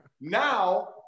now